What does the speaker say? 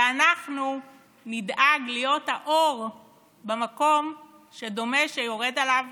אנחנו נדאג להיות האור במקום שדומה שיורד עליו